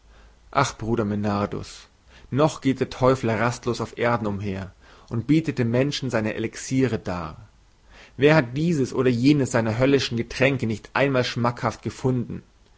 ach bruder medardus noch geht der teufel rastlos auf erden umher und bietet den menschen seine elixiere dar wer hat dieses oder jenes seiner höllischen getränke nicht einmal schmackhaft gefunden